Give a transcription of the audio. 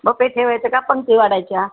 बपे ठेवायचं का पंगती वाढायच्या